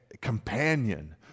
companion